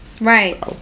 Right